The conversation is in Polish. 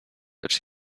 lecz